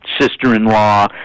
sister-in-law